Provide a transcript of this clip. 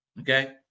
Okay